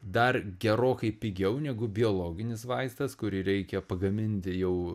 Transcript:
dar gerokai pigiau negu biologinis vaistas kurį reikia pagaminti jau